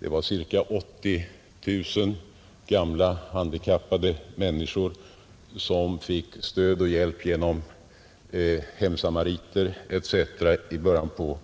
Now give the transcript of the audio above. Det var ca 80 000 gamla och handikappade människor som fick stöd och hjälp genom hemsamariter etc. i början av